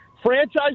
franchise